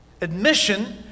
admission